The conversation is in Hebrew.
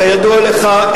כידוע לך,